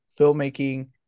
filmmaking